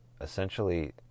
essentially